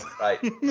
Right